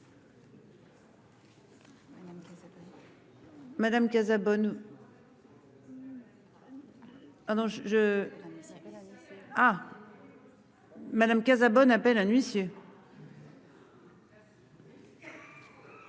Madame Casabonne appelle un huissier.